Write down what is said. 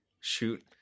shoot